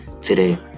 Today